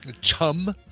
Chum